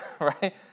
right